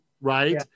right